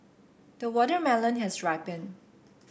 the watermelon has ripened